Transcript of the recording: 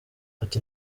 ati